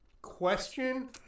question